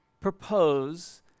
propose